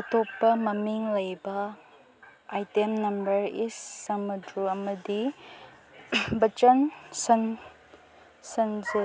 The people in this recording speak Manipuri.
ꯑꯇꯣꯞꯄ ꯃꯃꯤꯡ ꯂꯩꯕ ꯑꯥꯏꯇꯦꯝ ꯅꯝꯕꯔ ꯏꯁ ꯁꯃꯨꯗ꯭ꯔ ꯑꯃꯗꯤ ꯕꯆꯟ ꯁꯟꯖꯦ